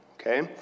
Okay